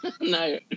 no